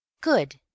Good